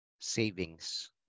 savings